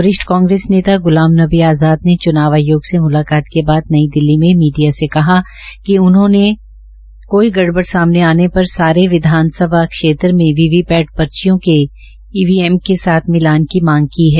वरिष्ठ कांग्रेस नेता गुलाम नबी आज़ाद ने चनाव आयोग से मुलाकात के बाद नई दिल्ली में मीडिया से कहा कि उन्होंने कोई गड़बड़ सामने आने पर सारे विधानसभा क्षेत्र में वी वी पैट पर्चियों के ईवीएम के साथ मिलान की मांग की है